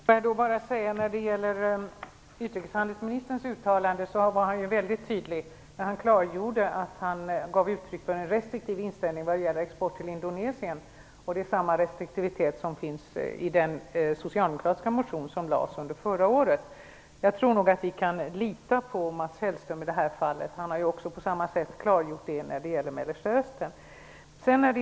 Herr talman! När det gäller utrikeshandelsministerns uttalande vill jag bara säga att han var väldigt tydlig när han klargjorde att han gav uttryck för en restriktiv inställning vad gäller export till Indonesien. Samma restriktivitet återfinns i den socialdemokratiska motion som lades fram förra året. Jag tror nog att vi kan lita på Mats Hellström i det här fallet. På samma sätt har han kommit med ett klargörande när det gäller Mellersta Östern.